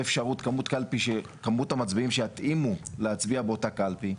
אפשרות שהקלפי יתאים לכמות המצביעים שיצביעו באותה קלפי.